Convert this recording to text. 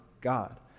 God